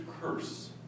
curse